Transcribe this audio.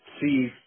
see